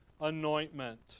anointment